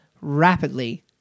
rapidly